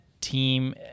team